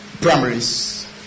primaries